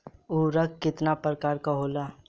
उर्वरक केतना प्रकार के होला?